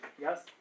Yes